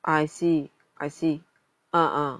I see I see ah ah